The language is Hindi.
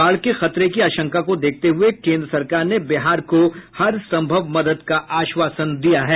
बाढ़ के खतरे की आशंका को देखते हये केन्द्र सरकार ने बिहार को हर सम्भव मदद का आशवासन दिया है